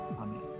amen